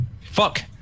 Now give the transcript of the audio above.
Fuck